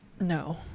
No